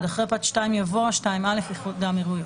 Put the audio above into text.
בתוספת (1) אחרי פרט (2) יבוא: (2א) איחוד האמירויות,